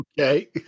Okay